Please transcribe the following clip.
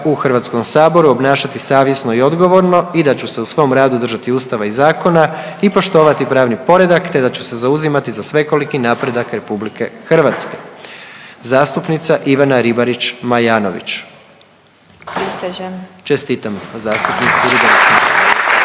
u Hrvatskom saboru obnašati savjesno i odgovorno i da ću se u svom radu držati Ustava i zakona i poštovati pravni poredak te da ću se zauzimati za svekoliki napredak Republike Hrvatske. Zastupnica Ivana Ribarić Majanović. **Ribarić